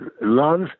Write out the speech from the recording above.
Love